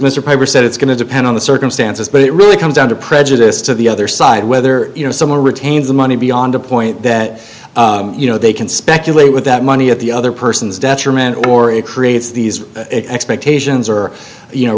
mr piper said it's going to depend on the circumstances but it really comes down to prejudice to the other side whether you know someone retains the money beyond a point that you know they can speculate with that money at the other person's detriment or it creates these expectations or you know